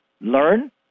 learn